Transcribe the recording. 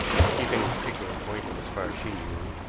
not to keep any particular appointment as far as she knew,